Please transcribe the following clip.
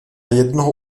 jednoho